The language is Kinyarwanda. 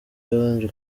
yabanje